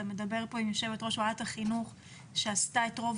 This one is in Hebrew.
אתה מדבר כאן עם יושבת ראש ועדת החינוך שעשתה את רוב